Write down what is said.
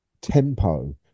Tempo